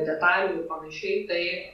detalių ir panašiai tai